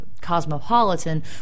cosmopolitan